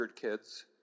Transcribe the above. kids